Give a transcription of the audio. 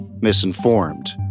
misinformed